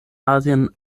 asien